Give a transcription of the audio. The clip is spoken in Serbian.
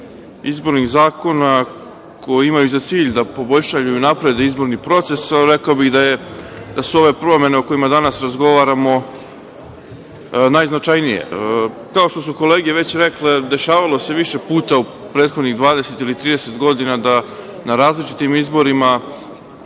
izbornih zakona koji imaju za cilj da poboljšaju i unaprede izborni proces. Rekao bih da su ove promene o kojima danas razgovaramo najznačajnije. Kao što su kolege već rekle, dešavalo se više puta u prethodnih 20 ili 30 godina da na različitim izborima